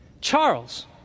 Charles